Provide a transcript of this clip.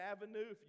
Avenue